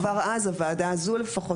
כבר אז הוועדה הזו לפחות,